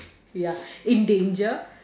ya in danger